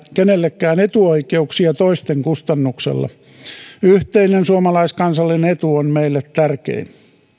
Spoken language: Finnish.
kenellekään etuoikeuksia toisten kustannuksella yhteinen suomalaiskansallinen etu on meille tärkein